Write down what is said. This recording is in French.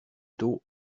dos